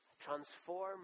transform